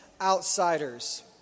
outsiders